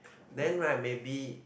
then right maybe